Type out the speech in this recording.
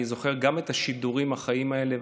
אני גם זוכר את השידורים החיים האלה,